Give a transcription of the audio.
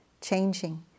changing